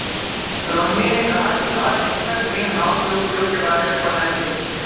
रोहिनी ने कहा कि आज शिक्षक ग्रीनहाउस के उपयोग के बारे में पढ़ाएंगे